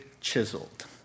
chiseled